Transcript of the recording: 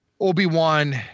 Obi-Wan